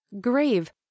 grave